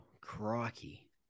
Crikey